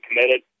committed